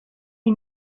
est